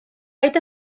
rhaid